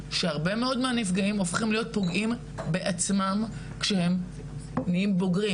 פוגעים בעצמם כשהם נהיים בוגרים,